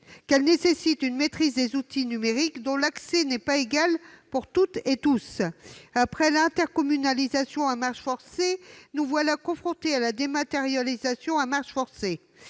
que celle-ci nécessite une maîtrise des outils numériques, auxquels l'accès n'est pas égal à toutes et tous. Après l'intercommunalité à marche forcée, nous voilà confrontés à la dématérialisation à marche forcée.